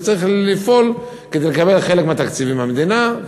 וצריך לפעול כדי לקבל חלק מהתקציבים מהמדינה,